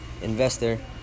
investor